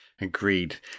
Agreed